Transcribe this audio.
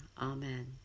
Amen